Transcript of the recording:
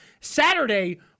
Saturday